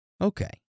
Okay